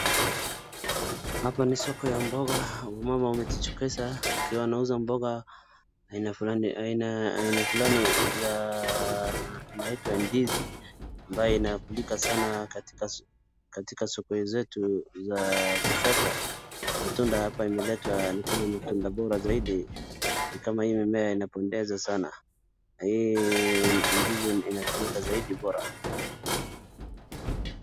Hapa ni soko ya boga ,wamama wamejitokeza wakiwa wanaunza boga aina fulani za ianitwa ndizi ambao inakulika sana katika soko zetu za kisasa. Matunda hapa imeletwa ni kama cha jikibora zaidi ni kama hii mimea inapendeza sana na hii ndizi inatumika zaidi bora.